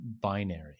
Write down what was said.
binary